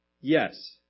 Yes